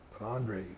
Andre